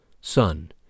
Son